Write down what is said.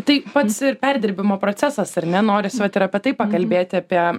tai pats ir perdirbimo procesas ar ne noris vat ir apie tai pakalbėti apie